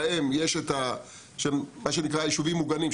מה שנקרא "יישובים מוגנים",